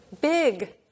big